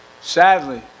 Sadly